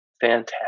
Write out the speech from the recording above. fantastic